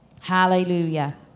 Hallelujah